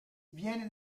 viene